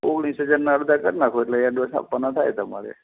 ઓગણીસ હજારનાં અડધાં કરી નાખો એટલે દસ આપવાનાં થાય તમારે